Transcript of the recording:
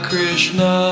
Krishna